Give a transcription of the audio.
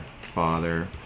father